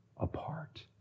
apart